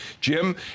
Jim